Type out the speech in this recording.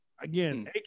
Again